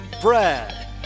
Brad